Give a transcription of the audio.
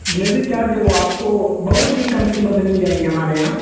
delivery charge وہ آپ کو بہت ہی کم قیمت میں مل جائیں گے ہمارے یہاں